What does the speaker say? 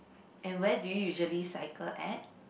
and where do you usually cycle at